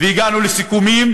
והגענו לסיכומים,